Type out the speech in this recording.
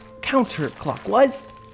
counterclockwise